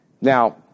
Now